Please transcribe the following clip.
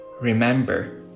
Remember